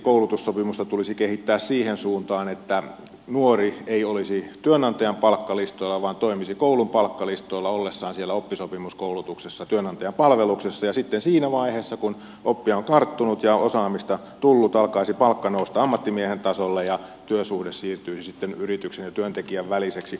koulutussopimusta tulisi kehittää erityisesti siihen suuntaan että nuori ei olisi työnantajan palkkalistoilla vaan toimisi koulun palkkalistoilla ollessaan siellä oppisopimuskoulutuksessa työnantajan palveluksessa ja sitten siinä vaiheessa kun oppia on karttunut ja osaamista tullut alkaisi palkka nousta ammattimiehen tasolle ja työsuhde siirtyisi sitten yrityksen ja työntekijän väliseksi